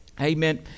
Amen